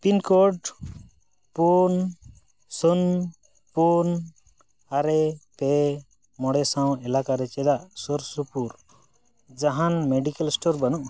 pin code ᱯᱩᱱ ᱥᱩᱱ ᱯᱩᱱ ᱟᱨᱮ ᱯᱮ ᱢᱚᱬᱮ ᱥᱟᱶ ᱮᱞᱟᱠᱟᱨᱮ ᱪᱮᱫᱟᱜ ᱥᱩᱨᱥᱩᱯᱩᱨ ᱡᱟᱦᱟᱱ ᱢᱮᱰᱤᱠᱮᱞ ᱥᱴᱳᱨ ᱵᱟᱹᱱᱩᱜᱼᱟ